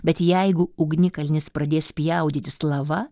bet jeigu ugnikalnis pradės spjaudytis lava